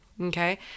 okay